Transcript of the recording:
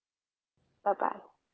bye bye